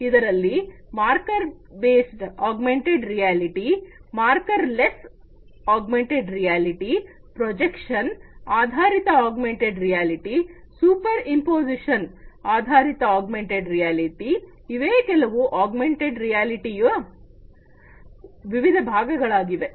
ಇದರಲ್ಲಿ marker based augmented reality markerless augmented reality projection ಆಧಾರಿತ augmented ರಿಯಾಲಿಟಿಯ superimposition ಆಧಾರಿತ ಆಗ್ಮೆಂಟೆಡ್ ರಿಯಾಲಿಟಿ ಇವೇ ಕೆಲವು ಆಗ್ಮೆಂಟೆಡ್ ರಿಯಾಲಿಟಿಯ ವಿವಿಧ ಭಾಗಗಳಾಗಿವೆ